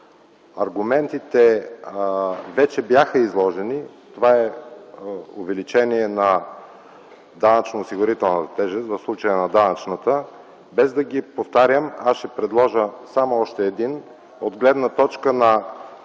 Аргументите вече бяха изложени. Това е увеличение на данъчно-осигурителната тежест, в случая на данъчната. Без да ги повтарям, аз ще предложа само още един от гледна точка на